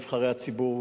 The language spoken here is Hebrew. נבחרי הציבור,